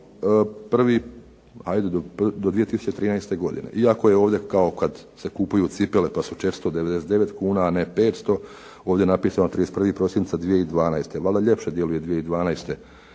zakona, do 2013. godine, iako je ovdje kao kad se kupuju cipele pa su 499 kuna, a ne 500, ovdje je napisano 31. prosinca 2012., valjda ljepše djeluje 2012.